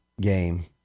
game